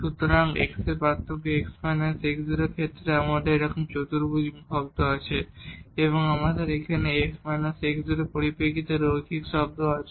সুতরাং x এর পার্থক্য x − x0 এর ক্ষেত্রে আমাদের একরকম চতুর্ভুজ শব্দ আছে এবং আমাদের এখানে x − x0 এর পরিপ্রেক্ষিতে রৈখিক শব্দ আছে